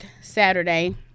Saturday